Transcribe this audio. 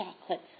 chocolate